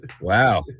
Wow